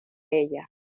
ella